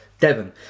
Devon